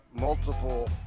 multiple